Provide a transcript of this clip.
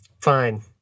Fine